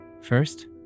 First